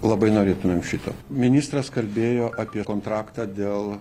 labai norėtum šito ministras kalbėjo apie kontraktą dėl